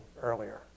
earlier